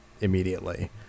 immediately